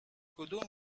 کدوم